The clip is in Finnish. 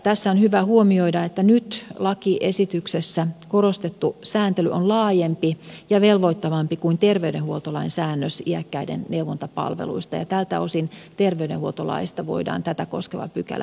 tässä on hyvä huomioida että nyt lakiesityksessä korostettu sääntely on laajempi ja velvoittavampi kuin terveydenhuoltolain säännös iäkkäiden neuvontapalveluista ja tältä osin terveydenhuoltolaista voidaan tätä koskeva pykälä nyt poistaa